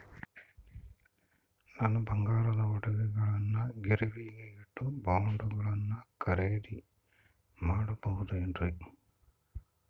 ನನ್ನ ಬಂಗಾರದ ಒಡವೆಗಳನ್ನ ಗಿರಿವಿಗೆ ಇಟ್ಟು ಬಾಂಡುಗಳನ್ನ ಖರೇದಿ ಮಾಡಬಹುದೇನ್ರಿ?